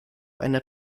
einer